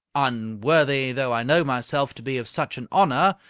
unworthy though i know myself to be of such an honour,